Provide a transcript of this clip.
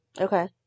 Okay